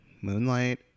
moonlight